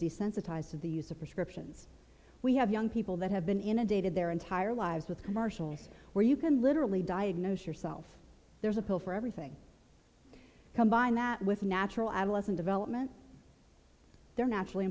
desensitized to the use of prescriptions we have young people that have been inundated their entire lives with commercials where you can literally diagnose yourself there's a pill for everything combined that with natural adolescent development they're naturally